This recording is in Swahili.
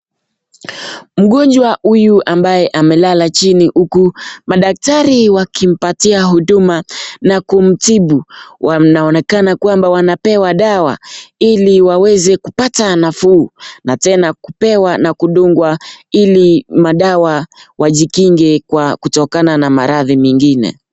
Mgonjwa huyu ambaye amelala chini uku madaktari wakimpatia huduma na kumtibu. Wanaonekana kwamba wanapewa dawa ili waweze kupata nafuu na tena kupewa na kudungwa ili madawa wajikinge kwa kutokana na maradhi mengine.